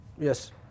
Yes